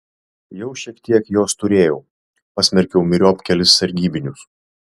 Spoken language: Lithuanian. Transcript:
jau šiek tiek jos turėjau pasmerkiau myriop kelis sargybinius